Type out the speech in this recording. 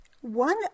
One